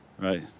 Right